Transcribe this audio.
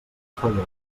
felló